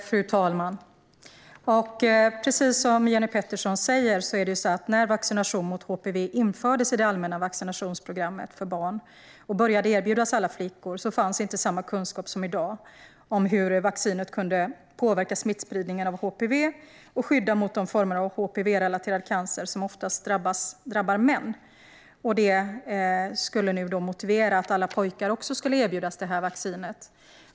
Fru talman! När vaccination mot HPV infördes i det allmänna vaccinationsprogrammet för barn och började erbjudas alla flickor fanns, precis som Jenny Petersson säger, inte samma kunskap som i dag om hur vaccinet kan påverka smittspridningen av HPV och skydda mot de former av HPV-relaterad cancer som oftast drabbar män. Det skulle motivera att alla pojkar nu också ska erbjudas vaccinet.